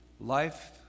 Life